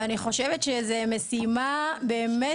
ואני חושבת שזו משימה עם חשיבות גדולה.